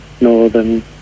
northern